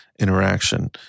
interaction